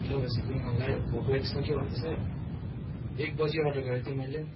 ढिलो भइसक्यो उनीहरूलाई भोक लागिसक्यो भन्दैछ एक बजी अर्डर गरेको थिएँ मैले